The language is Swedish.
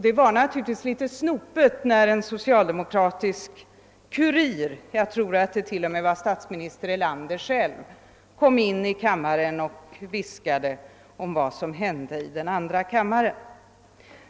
Det var naturligtvis snopet när en socialdemokratisk kurir — jag tror till och med statsminister Erlander själv — kom in i kammaren och viskade om vad som hände i medkammaren.